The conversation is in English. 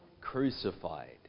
Crucified